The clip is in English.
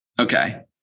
Okay